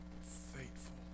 faithful